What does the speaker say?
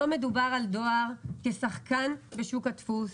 לא מדובר על דואר כשחקן בשוק הדפוס,